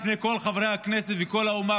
לפני כל חברי הכנסת וכל האומה,